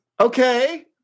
Okay